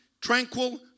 tranquil